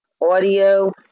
audio